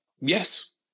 Yes